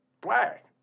black